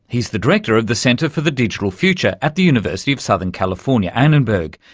he's the director of the center for the digital future at the university of southern california, annenberg.